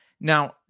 Now